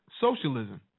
socialism